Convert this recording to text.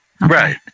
Right